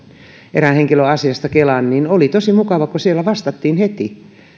erään henkilön asiasta kelaan että oli tosi mukava kun siellä vastattiin heti